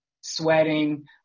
sweating